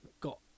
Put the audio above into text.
got